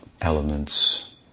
elements